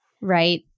Right